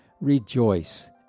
rejoice